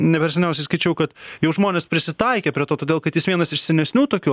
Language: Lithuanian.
ne per seniausiai skaičiau kad jau žmonės prisitaikė prie to todėl kad jis vienas iš senesnių tokių